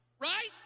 Right